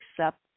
accept